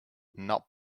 not